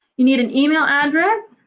you need an email address,